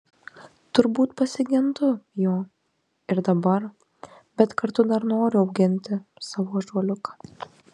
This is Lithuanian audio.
turbūt pasigendu jo ir dabar bet kartu dar noriu auginti savo ąžuoliuką